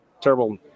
terrible